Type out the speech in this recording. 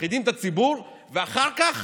מפחידים את הציבור, ואחר כך